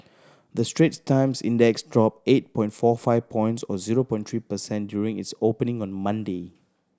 the Straits Times Index dropped eight point four five points or zero point three per cent during its opening on Monday